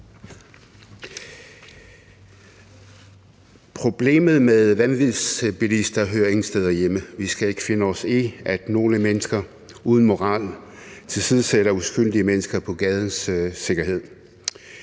og vanvidsbilisme hører ingen steder hjemme, og vi skal ikke finde os i, at nogle mennesker uden moral tilsidesætter uskyldige mennesker på gadens sikkerhed.